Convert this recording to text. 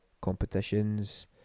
competitions